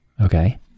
Okay